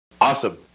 Awesome